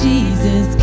Jesus